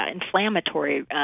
inflammatory